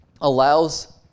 allows